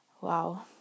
Wow